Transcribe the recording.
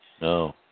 No